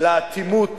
לאטימות